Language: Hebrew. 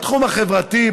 בתחום החברתי,